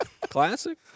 Classic